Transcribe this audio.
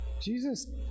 Jesus